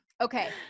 Okay